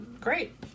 Great